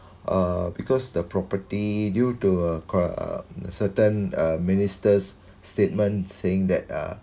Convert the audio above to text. uh because the property due to a cor~ uh certain uh minister's statement saying that uh